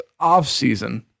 offseason